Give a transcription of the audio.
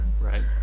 Right